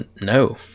no